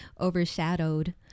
overshadowed